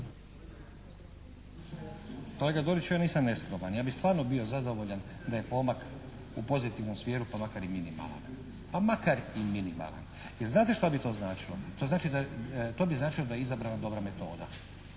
Kolega Dorić, ja nisam neskroman. Ja bi stvarno bio zadovoljan da je pomak u pozitivnom smjeru, pa makar i minimalan. Pa makar i minimalan. Jer znate šta bi to značilo? To bi značilo da je izabrana dobra metoda